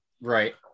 Right